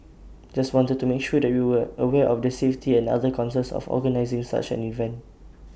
just wanted to make sure that we were aware of the safety and other concerns of organising such an event